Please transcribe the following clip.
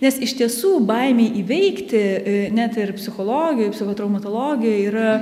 nes iš tiesų baimei įveikti net ir psichologijoj psichotraumatologijoj yra